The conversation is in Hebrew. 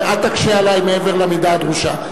אל תקשה עלי מעבר למידה הדרושה.